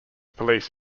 police